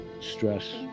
stress